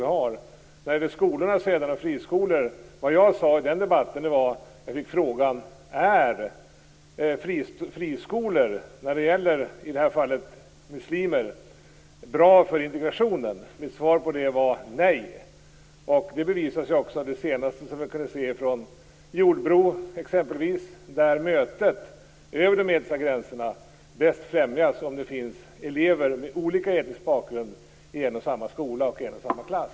Sedan gäller det skolorna, friskolorna. I den debatten fick jag frågan: Är friskolor när det - som i det här fallet - gäller muslimer, bra för integrationen? Mitt svar var nej. Det bevisas ju också av det senaste som vi har kunnat se från exempelvis Jordbro. Där främjas mötet över de etniska gränserna bäst om det finns elever med olika etnisk bakgrund i en och samma skola och en och samma klass.